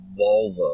Volvo